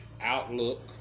Outlook